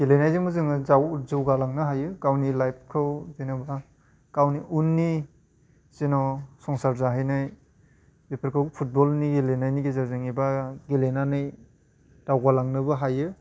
गेलेनायजोंबो जोङो जाव जौगालांनो हायो गावनि लाइफखौ जेन'बा गावनि उननि जेन' संसार जाहैनाय बेफोरखौ फुटबलनि गेलेनायनि गेजेरजों एबा गेलेनानै दावगालांनोबो हायो